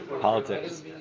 Politics